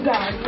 God